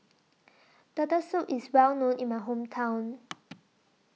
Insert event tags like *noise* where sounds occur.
Turtle Soup IS Well known in My Hometown *noise*